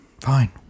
Fine